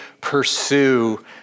pursue